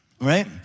right